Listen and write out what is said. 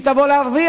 היא תבוא להרוויח,